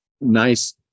nice